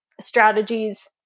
strategies